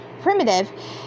primitive